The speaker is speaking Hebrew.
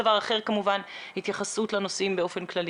וכמובן אם יש לך התייחסות לנושאים באופן כללי.